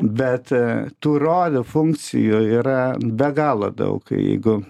bet tų rolių funkcijų yra be galo daug jeigu